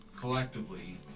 collectively